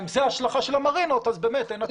אם זאת ההשלכה של המרינות, באמת אין הצדקה.